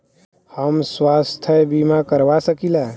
हम स्वास्थ्य बीमा करवा सकी ला?